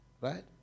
right